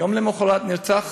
יום למחרת, נרצח